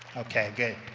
okay,